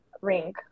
ring